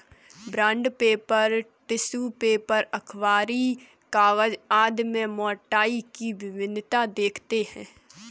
bond paper, tissue paper, अखबारी कागज आदि में मोटाई की भिन्नता देखते हैं